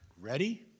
ready